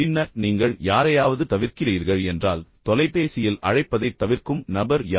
பின்னர் நீங்கள் யாரையாவது தவிர்க்கிறீர்கள் என்றால் தொலைபேசியில் அழைப்பதைத் தவிர்க்கும் நபர் யார்